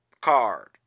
card